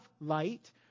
light